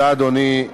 אדוני.